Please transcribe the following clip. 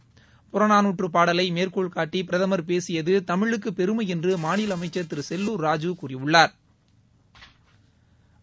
ப றநாலுடற்றுப் பாடலை மேற் கொள் கோட்டி பிரதமான் பேசியது தமிழுக்கு பெருமை என்று மாநில அமைச்சா் தி ரு செல் லுடா் ராஜ ு ஃறியள்ளாா்